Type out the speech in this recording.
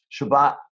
Shabbat